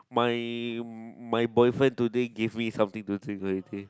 my my boyfriend today gave me something to drink already